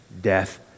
death